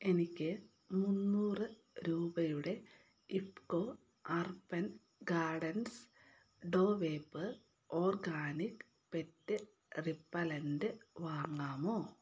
എനിക്ക് മുന്നൂറ് രൂപയുടെ ഇഫ്കോ അർബൻ ഗാർഡൻസ് ഡോ വേപ്പ് ഓർഗാനിക് പെറ്റ് റിപ്പലൻ്റ് വാങ്ങാമോ